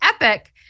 epic